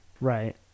right